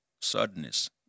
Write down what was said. sadness